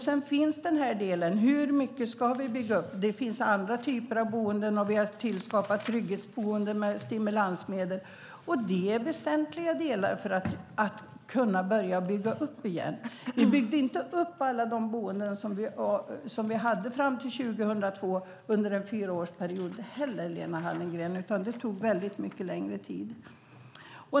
Sedan finns den här delen: Hur mycket ska vi bygga upp? Det finns andra typer av boenden, och vi har skapat trygghetsboenden med stimulansmedel. Det är väsentliga delar för att kunna börja bygga upp igen. Ni byggde inte heller upp alla de boenden som fanns under en fyraårsperiod fram till 2002, Lena Hallengren, utan det tog mycket längre tid.